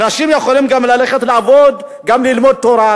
אנשים יכולים גם ללכת לעבוד, גם ללמוד תורה.